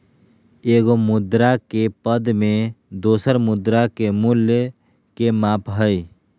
एगो मुद्रा के पद में दोसर मुद्रा के मूल्य के माप हइ